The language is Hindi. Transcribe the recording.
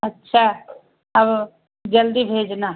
अच्छा अब जल्दी भेजना